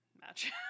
match